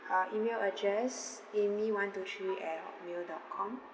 uh email address amy one two three at hotmail dot com